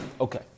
Okay